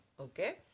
okay